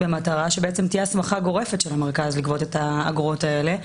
במטרה שתהיה הסמכה גורפת של המרכז לגבות את האגרות האלה,